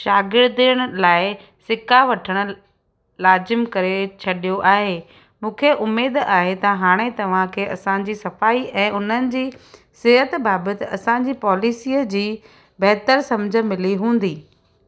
शागिर्दनि लाइ सिका वठणु लाज़िम करे छडि॒यो आहे मूंखे उमेद आहे त हाणे तव्हां खे असांजी सफ़ाई ऐं उन्हनि जी सेहत बाबति असांजी पॉलिसीअ जी बेहतर सम्झ मिली हूंदी